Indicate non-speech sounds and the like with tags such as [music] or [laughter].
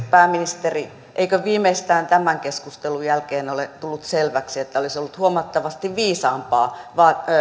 [unintelligible] pääministeri eikö viimeistään tämän keskustelun jälkeen ole tullut selväksi että olisi ollut huomattavasti viisaampaa